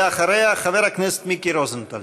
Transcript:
ואחריה, חבר הכנסת מיקי רוזנטל.